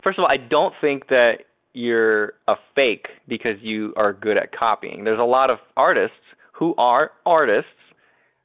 first of all, i don't think that you're a fake because you are good at copying. there's a lot of artists who are artists